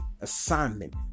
assignment